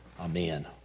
Amen